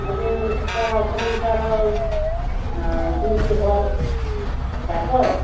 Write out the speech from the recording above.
ꯑꯗꯨ ꯀꯥꯔꯣꯡ ꯈꯕꯨꯡ ꯀꯥꯔꯣꯡ ꯀꯃ꯭ꯌꯨꯅꯤꯇꯤ ꯍꯣꯜꯗ ꯀꯣ